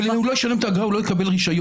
אבל אם הוא לא ישלם את האגרה הוא לא יקבל רישיון.